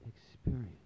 experience